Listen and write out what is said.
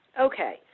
Okay